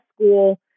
school